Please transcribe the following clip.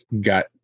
got